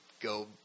go